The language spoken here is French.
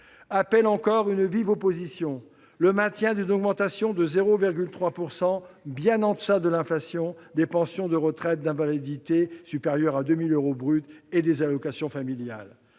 Appelle encore une vive opposition le maintien d'une augmentation de 0,3 %, bien en deçà de l'inflation, des pensions de retraite et d'invalidité supérieures à 2 000 euros bruts et des allocations familiales.